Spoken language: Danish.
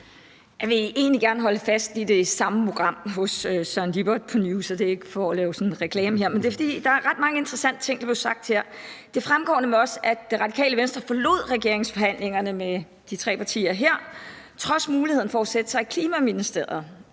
Jeg vil egentlig gerne holde fast i det samme program hos Søren Lippert på TV 2 News, og det er ikke for sådan at lave reklame her, men det er, fordi der her var ret mange interessante ting, der blev sagt. Det fremgår nemlig også, at Radikale Venstre forlod regeringsforhandlingerne med de tre partier her trods muligheden for at sætte sig i Klimaministeriet.